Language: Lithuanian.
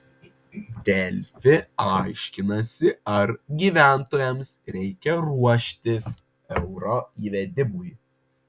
delfi aiškinasi ar gyventojams reikia ruoštis euro įvedimui